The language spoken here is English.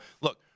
look